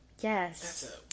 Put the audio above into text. Yes